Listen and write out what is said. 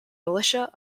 militia